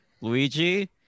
Luigi